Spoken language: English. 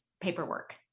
paperwork